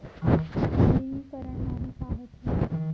नवीनीकरण माने का होथे?